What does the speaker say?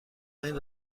بین